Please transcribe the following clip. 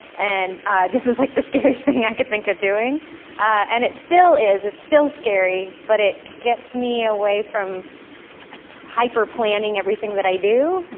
and this was like the scariest thing i could think of doing and it still is. it's still scary but it gets me away from hyper planning everything that i do.